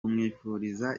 tumwifuriza